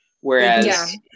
Whereas